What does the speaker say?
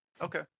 okay